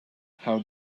how